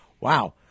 wow